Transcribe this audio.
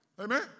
Amen